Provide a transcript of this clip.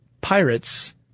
Pirates